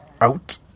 out